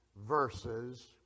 verses